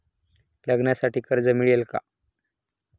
लग्नासाठी कर्ज मिळेल का?